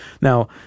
Now